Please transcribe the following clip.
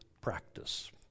practice